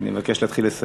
אני מבקש להתחיל לסיים.